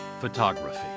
photography